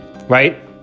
right